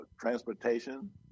transportation